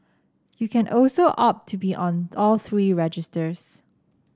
you can also opt to be on all three registers